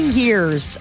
years